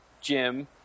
Jim